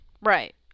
Right